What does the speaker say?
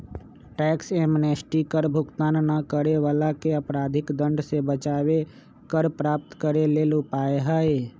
tax amnesty कर भुगतान न करे वलाके अपराधिक दंड से बचाबे कर प्राप्त करेके लेल उपाय हइ